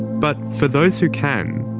but for those who can,